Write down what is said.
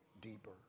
deeper